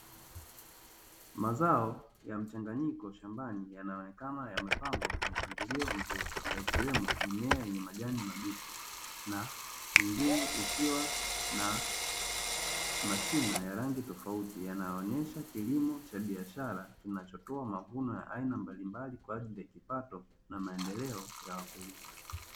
Mazao ya mchanganyiko shambani yanaonekana yamepangwa kwa mpangilio mzuri yakiwemo mimea yenye majani mabichi, na mengine ikiwa na mashina ya rangi tofauti yanaonyesha kilimo cha biashara kinachotoa mavuno ya aina mbalimbali kwa ajili ya kipato na maendeleo ya wakulima.